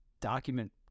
Document